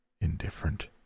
indifferent